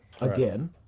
again